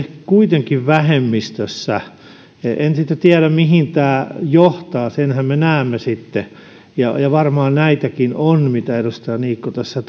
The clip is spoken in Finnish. kuitenkin vähemmistössä en sitten tiedä mihin tämä johtaa senhän me näemme sitten varmaan näitäkin on mitä edustaja niikko tässä